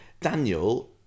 Daniel